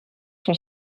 cent